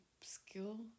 skill